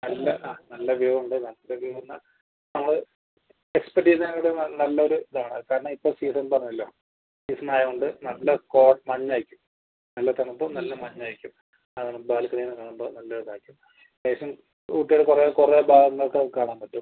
നല്ല ആ നല്ല വ്യൂ ഉണ്ട് നല്ല വ്യൂ പറഞ്ഞാൽ നമ്മൾ എക്സ്പെക്റ്റ് ചെയ്യുന്നതിനേക്കാട്ടും നല്ല ഒരു ഇതാണ് കാരണം ഇപ്പം സീസൺ പറഞ്ഞല്ലൊ സീസൺ ആയതുകൊണ്ട് നല്ല കോ മഞ്ഞ് ആയിരിക്കും നല്ല തണുപ്പും നല്ല മഞ്ഞും ആയിരിക്കും അത് ബാൽക്കണിയിൽനിന്ന് കാണുമ്പം നല്ല ഇത് ആയിരിക്കും ലേശം ഊട്ടിയുടെ കുറേ കുറേ ഭാഗങ്ങൾ ഒക്കെ കാണാൻ പറ്റും